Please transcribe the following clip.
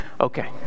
Okay